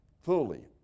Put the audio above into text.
fully